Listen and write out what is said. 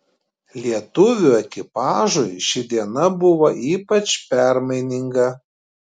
lietuvių ekipažui ši diena buvo ypač permaininga